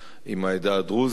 עם העדה הדרוזית.